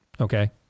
okay